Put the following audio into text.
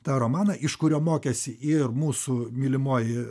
tą romaną iš kurio mokėsi ir mūsų mylimoji